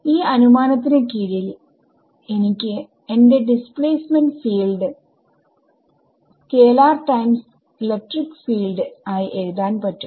ഈ അനുമാനത്തിന് കീഴിൽ എനിക്ക് എന്റെ ഡിസ്പ്ലേസ്മെന്റ് ഫീൽഡ് നെ സ്കേലാർ ടൈംസ് ഇലക്ട്രിക് ഫീൽഡ് ആയി എഴുതാൻ പറ്റും